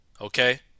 okay